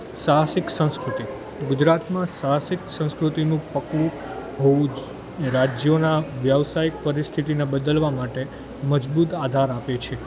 સાહસિક સંસ્કૃતિ ગુજરાતમાં સાહસિક સંસ્કૃતિનું પકવું હોવું રાજ્યોના વ્યસાયિક પરિસ્થિતિને બદલવા માટે મજબૂત આધાર આપે છે